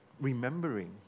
Remembering